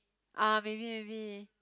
ah maybe maybe